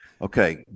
okay